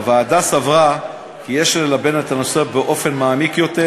הוועדה סברה כי יש ללבן את הנושא באופן מעמיק יותר,